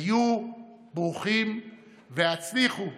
היו ברוכים והצליחו